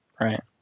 Right